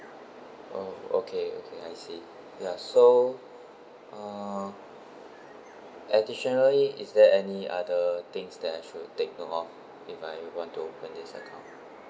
oh okay okay I see ya so uh additionally is there any other things that I should take note of if I want to open this account